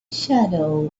shadow